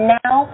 now